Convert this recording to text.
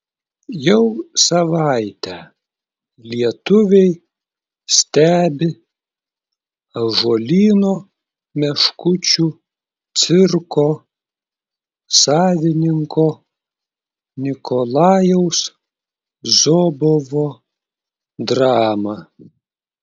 jau savaitę lietuviai stebi ąžuolyno meškučių cirko savininko nikolajaus zobovo dramą